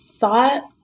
thought